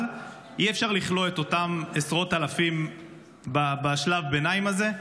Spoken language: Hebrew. אבל אי-אפשר לכלוא את אותם עשרות אלפים בשלב הביניים הזה,